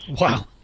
Wow